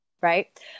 right